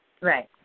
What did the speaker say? Right